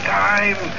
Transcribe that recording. time